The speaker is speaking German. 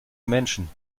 menschen